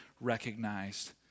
recognized